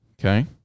Okay